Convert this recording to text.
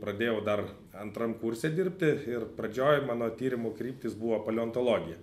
pradėjau dar antram kurse dirbti ir pradžioj mano tyrimų kryptys buvo paleontologija